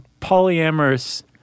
polyamorous